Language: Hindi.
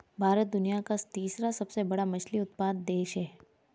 भारत दुनिया का तीसरा सबसे बड़ा मछली उत्पादक देश है